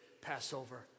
Passover